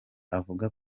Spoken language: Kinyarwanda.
avuga